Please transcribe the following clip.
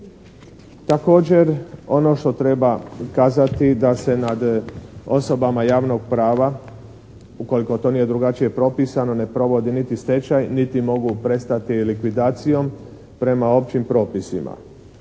Također ono što treba kazati da se nad osobama javnog prava, ukoliko to nije drugačije propisano ne provodi niti stečaj niti mogu prestati likvidacijom prema općim propisima.